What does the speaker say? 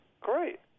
Great